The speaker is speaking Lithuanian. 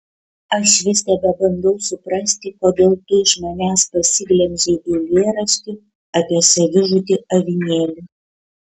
aš vis tebebandau suprasti kodėl tu iš manęs pasiglemžei eilėraštį apie savižudį avinėlį